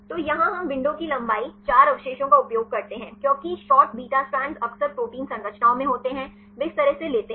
तो यहां हम विंडो की लंबाई 4 अवशेषों का उपयोग करते हैं क्योंकि शॉर्ट बीटा स्ट्रैंड्स अक्सर प्रोटीन संरचनाओं में होते हैं वे इस तरह से लेते हैं